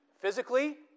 Physically